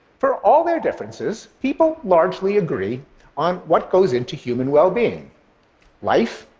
for all their differences, people largely agree on what goes into human well-being life,